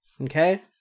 Okay